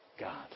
God